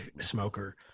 smoker